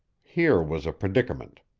here was a predicament.